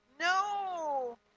no